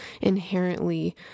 inherently